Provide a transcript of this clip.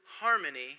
harmony